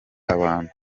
abantu